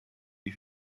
die